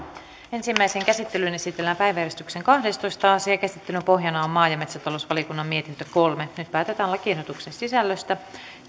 ensimmäiseen käsittelyyn esitellään päiväjärjestyksen kahdestoista asia käsittelyn pohjana on maa ja metsätalousvaliokunnan mietintö kolme nyt päätetään lakiehdotuksen sisällöstä